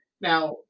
Now